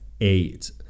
eight